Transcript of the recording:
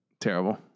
Terrible